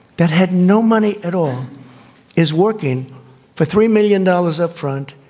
that had no money at all is working for three million dollars up front.